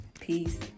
peace